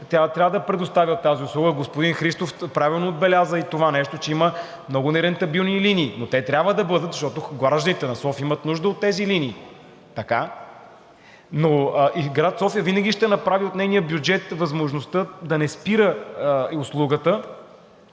тя трябва да предоставя тази услуга. Господин Христов правилно отбеляза и това нещо, че има много нерентабилни линии, но те трябва да бъдат, защото гражданите на София имат нужда от тези линии. Град София винаги ще направи от нейния бюджет възможността да не спира услугата,